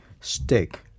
stick